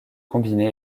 combiner